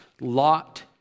Lot